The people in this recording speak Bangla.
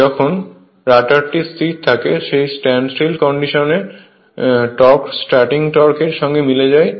যখন রটারটি স্থির থাকে সেই স্ট্যান্ডস্টীল কন্ডিশনের টর্ক স্টার্টিং টর্কের সাথে মিলে যায়